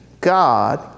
God